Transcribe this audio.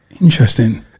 interesting